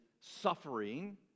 suffering